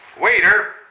Waiter